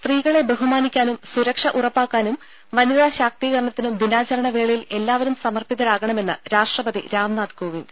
സ്ത്രീകളെ ബഹുമാനിക്കാനും സുരക്ഷ ഉറപ്പാക്കാനും വനിതാ ശാക്തീകരണത്തിനും ദിനാചരണ വേളയിൽ എല്ലാവരും സമർപ്പിതരാകണമെന്ന് രാഷ്ട്രപതി രാംനാഥ് കോവിന്ദ്